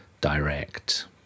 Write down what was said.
direct